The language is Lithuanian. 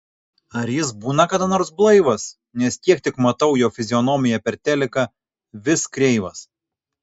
ar jis būna kada nors blaivas nes kiek tik matau jo fizionomiją per teliką vis kreivas